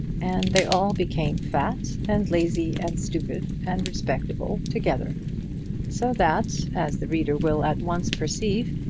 and they all became fat, and lazy, and stupid, and respectable together so that, as the reader will at once perceive,